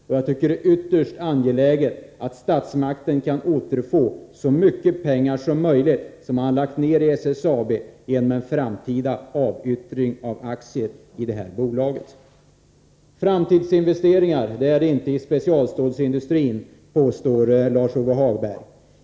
Och jag tycker att det är ytterst angeläget att statsmakterna kan återfå så mycket pengar som möjligt av dem som lagts ned i SSAB, genom en framtida avyttring av aktier i bolaget. Framtidsinvesteringar görs inte i specialstålsindustrin, påstår Lars-Ove Hagberg.